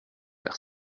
vers